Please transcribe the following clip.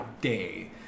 day